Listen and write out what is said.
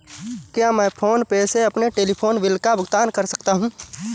क्या मैं PhonePe से अपने टेलीफोन बिल का भुगतान कर सकता हूँ?